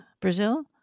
Brazil